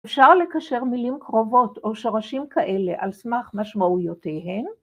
אפשר לקשר מילים קרובות או שרשים כאלה על סמך משמעויותיהן.